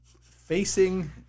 facing